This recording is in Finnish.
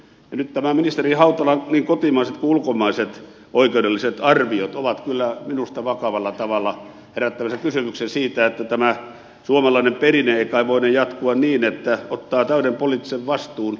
nyt ministeri hautalan niin kotimaiset kuin ulkomaiset oikeudelliset arviot ovat kyllä minusta vakavalla tavalla herättämässä kysymyksen siitä että tämä suomalainen perinne ei kai voine jatkua niin että ottaa täyden poliittisen vastuun eikä eroa